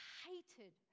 hated